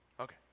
Okay